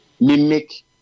mimic